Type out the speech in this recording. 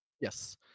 Yes